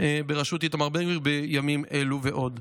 בראשות איתמר בן גביר בימים אלו ועוד.